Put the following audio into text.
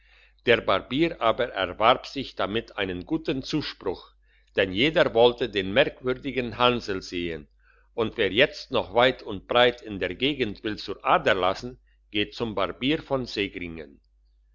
der barbier aber erwarb sich damit einen guten zuspruch denn jeder wollte den merkwürdigen hansel sehen und wer jetzt noch weit und breit in der gegend will zur ader lassen geht zum balbierer von